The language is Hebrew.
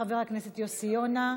חבר הכנסת יוסי יונה,